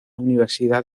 universidad